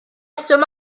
rheswm